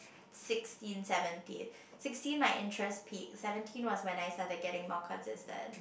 sixteen seventeen sixteen my interest peak seventeen was when I started getting more consistent